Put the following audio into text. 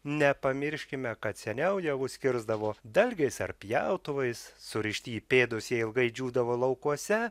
nepamirškime kad seniau javus kirsdavo dalgiais ar pjautuvais surišti į pėdus jie ilgai džiūdavo laukuose